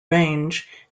range